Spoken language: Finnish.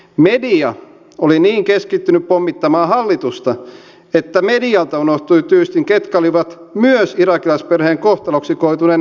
media oli niin keskittynyt pommittamaan hallitusta että medialta unohtui tyystin ketkä myös olivat irakilaisperheen kohtaloksi koituneen perheenyhdistämispolitiikan arkkitehtejä